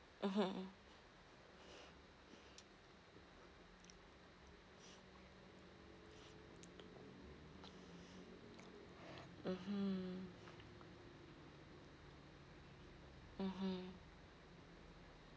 mmhmm mmhmm mmhmm